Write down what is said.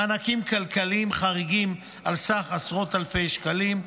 מענקים כלכליים חריגים בסך עשרות אלפי שקלים,